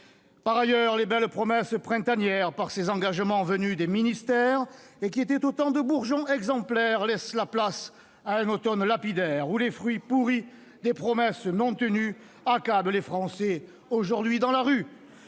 Par ailleurs, les belles promesses printanières Par ces engagements venus des ministères Et qui étaient autant de bourgeons exemplaires Laissent la place à un automne lapidaire Où les fruits pourris des promesses non tenues Accablent les Français aujourd'hui dans la rue.